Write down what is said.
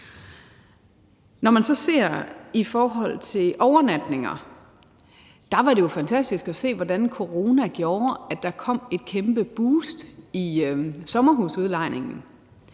Når man så ser på overnatninger, var det jo fantastisk at se, hvordan corona gjorde, at der kom et kæmpe boost i sommerhusudlejningen,